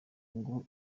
ngo